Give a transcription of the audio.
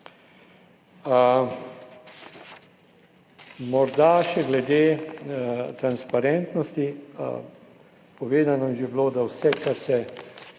Morda še glede transparentnosti. Povedano je že bilo, da vsa